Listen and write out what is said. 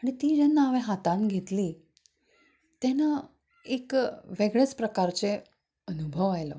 आनी ती जेन्ना हांवें हातांत घेतली तेन्ना एक वेगळ्याच प्रकारचो अनुभव आयलो